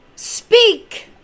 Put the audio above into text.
Speak